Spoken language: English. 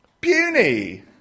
puny